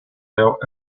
know